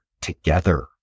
together